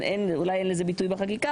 אולי אין לזה ביטוי בחקיקה,